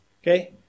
Okay